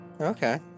Okay